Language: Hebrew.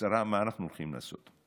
בקצרה מה אנחנו הולכים לעשות: